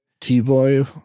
t-boy